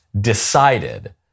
decided